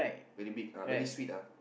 very big ah very sweet ah